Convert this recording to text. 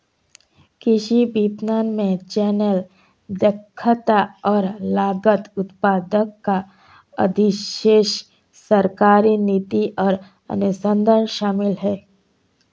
कृषि विपणन में चैनल, दक्षता और लागत, उत्पादक का अधिशेष, सरकारी नीति और अनुसंधान शामिल हैं